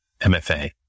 MFA